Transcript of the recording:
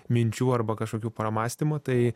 minčių arba kažkokių pamąstymų tai